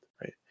right